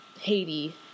Haiti